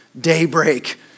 daybreak